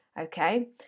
okay